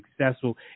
successful